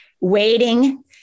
waiting